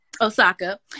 Osaka